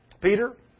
Peter